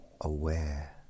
aware